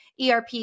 ERP